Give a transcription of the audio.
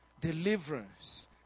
deliverance